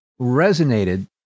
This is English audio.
resonated